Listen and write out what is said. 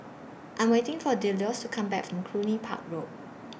I'm waiting For Delois to Come Back from Cluny Park Road